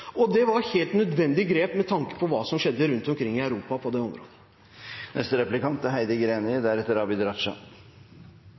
samfunnet. Det var et helt nødvendig grep med tanke på hva som skjedde på det området rundt omkring i Europa. Jeg antar at Fremskrittspartiet, på lik linje med Senterpartiet, er